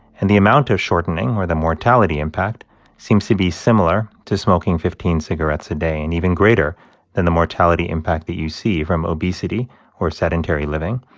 and the amount of shortening or the mortality impact seems to be similar to smoking fifteen cigarettes a day and even greater than the mortality impact that you see from obesity or sedentary living.